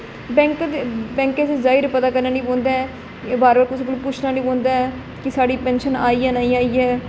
bank दे bank च जाइयै पता करना निं पौंदा ऐ कि बार बार कुसै कोला पुच्छना निं पौंदा ऐ कि साढ़ी पेंशन आई जां नेईं आई ऐ